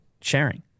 sharing